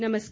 नमस्कार